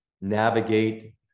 navigate